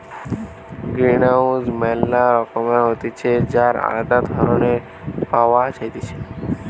greenhouse ম্যালা রকমের হতিছে যার আলদা ধরণ পাওয়া যাইতেছে